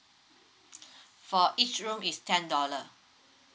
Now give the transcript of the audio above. for each room is ten dollar